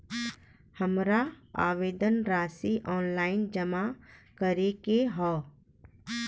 हमार आवेदन राशि ऑनलाइन जमा करे के हौ?